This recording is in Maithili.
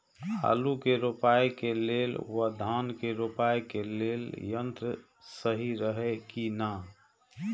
आलु के रोपाई के लेल व धान के रोपाई के लेल यन्त्र सहि रहैत कि ना?